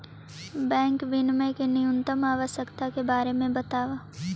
bank विनियमन के न्यूनतम आवश्यकता के बारे में बतावऽ